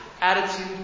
attitude